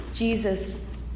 Jesus